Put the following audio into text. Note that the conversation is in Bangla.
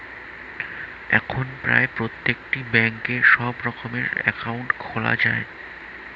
এখন প্রায় প্রত্যেকটি ব্যাঙ্কে সব রকমের অ্যাকাউন্ট খোলা যায়